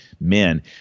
men